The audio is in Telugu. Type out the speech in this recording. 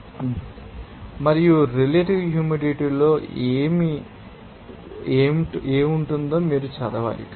మీరు దాని గుండా వెళ్ళాలి మరియు రిలేటివ్ హ్యూమిడిటీ ఏమిటో మీరు చదవాలి